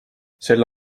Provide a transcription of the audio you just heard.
sel